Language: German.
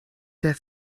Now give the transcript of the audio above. der